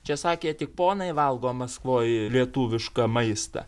čia sakė tik ponai valgo maskvoj lietuvišką maistą